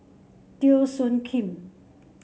Teo Soon Kim